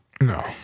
No